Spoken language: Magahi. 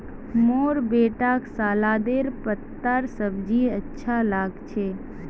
मोर बेटाक सलादेर पत्तार सब्जी अच्छा लाग छ